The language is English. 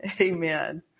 Amen